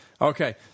Okay